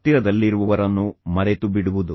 ಹತ್ತಿರದಲ್ಲಿರುವವರನ್ನು ಮರೆತುಬಿಡುವುದು